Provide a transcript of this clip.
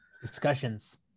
discussions